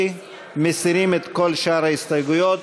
62 מתנגדים,